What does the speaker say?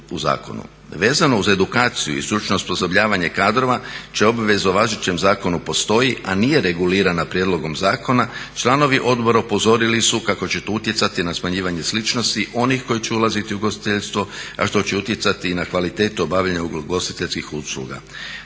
Vezano uz edukaciju i stručno osposobljavanje kadrova čija obveza o važećem zakonu postoji a nije regulirana prijedlogom zakona članovi odbora upozorili su kako će to utjecati na smanjivanje sličnosti onih koji će ulaziti u ugostiteljstvo a što će utjecati i na kvalitetu obavljanja ugostiteljskih usluga.